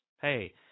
Hey